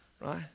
right